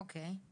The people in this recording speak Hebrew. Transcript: אוקי.